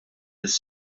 lis